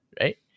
right